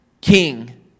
king